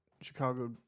Chicago